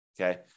Okay